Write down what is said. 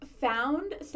found